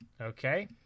Okay